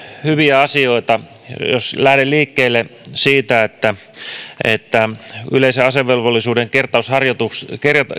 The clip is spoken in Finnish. hyviä asioita lähden liikkeelle siitä että se että yleisen asevelvollisuuden kertausharjoitusten